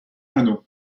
anneaux